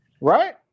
Right